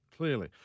Clearly